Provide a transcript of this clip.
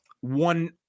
one